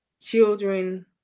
children